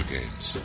Games